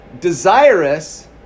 Desirous